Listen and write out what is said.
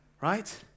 right